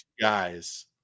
guys